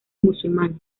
musulmanes